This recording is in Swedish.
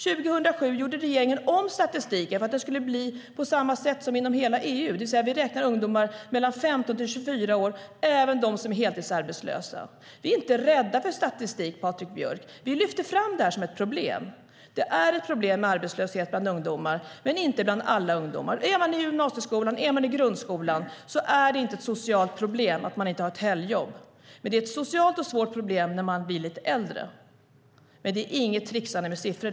År 2007 gjorde regeringen om statistiken för att den skulle bli på samma sätt som inom hela EU. Vi räknar ungdomar 15-24 år och även dem som är heltidsarbetslösa. Vi är inte rädda för statistik, Patrik Björck. Vi lyfter fram det som ett problem. Det är ett problem med arbetslöshet bland ungdomar, men inte bland alla ungdomar. Är man i gymnasieskolan och grundskolan är det inte ett socialt problem att man inte har ett helgjobb. Det är ett socialt och svårt problem när man blir lite äldre. Men det är inget tricksande med siffror.